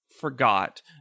forgot